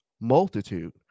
multitude